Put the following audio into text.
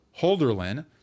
Holderlin